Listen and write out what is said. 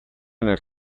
nel